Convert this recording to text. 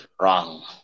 wrong